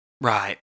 Right